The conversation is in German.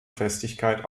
festigkeit